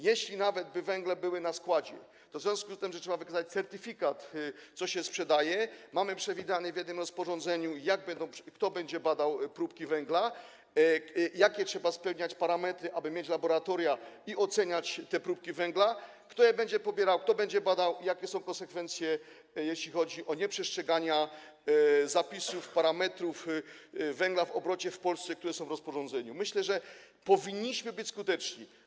Jeśli nawet węgiel byłby na składzie, to w związku z tym, że trzeba wykazać certyfikat tego, co się sprzedaje - mamy przewidziane w jednym rozporządzeniu, kto będzie badał próbki węgla, jakie trzeba spełniać parametry, aby mieć laboratoria i oceniać te próbki węgla, kto je będzie pobierał, kto będzie je badał i jakie są konsekwencje, jeśli chodzi o nieprzestrzeganie zapisów dotyczących parametrów węgla w obrocie w Polsce, które są w rozporządzeniu - myślę, że powinniśmy być skuteczni.